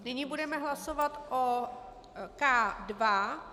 Nyní budeme hlasovat o K2.